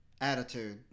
attitude